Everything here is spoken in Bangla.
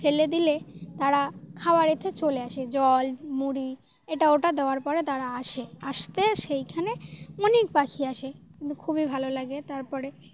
ফেলে দিলে তারা খাবার খেতে চলে আসে জল মুড়ি এটা ওটা দেওয়ার পরে তারা আসে আসতে সেইখানে অনেক পাখি আসে কিন্তু খুবই ভালো লাগে তারপরে